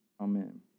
Amen